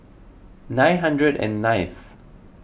nine hundred and ninth